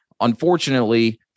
Unfortunately